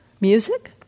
music